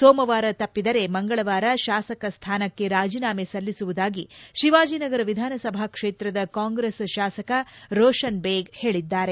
ಸೋಮವಾರ ತಪ್ಪಿದರೆ ಮಂಗಳವಾರ ಶಾಸಕ ಸ್ಥಾನಕ್ಕೆ ರಾಜೀನಾಮೆ ಸಲ್ಲಿಸುವುದಾಗಿ ಶಿವಾಜಿನಗರ ವಿಧಾನಸಭಾ ಕ್ಷೇತ್ರದ ಕಾಂಗ್ರೆಸ್ ಶಾಸಕ ರೋಷನ್ ಬೇಗ್ ಹೇಳಿದ್ದಾರೆ